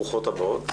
ברוכות הבאות.